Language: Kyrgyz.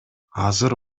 азыр